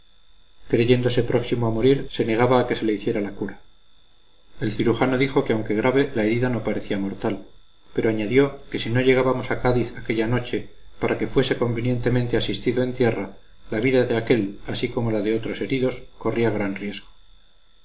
recuerdos creyéndose próximo a morir se negaba a que se le hiciera la cura el cirujano dijo que aunque grave la herida no parecía mortal pero añadió que si no llegábamos a cádiz aquella noche para que fuese convenientemente asistido en tierra la vida de aquél así como la de otros heridos corría gran